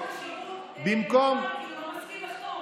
חוק השירות ירד כי הוא לא מסכים לחתום.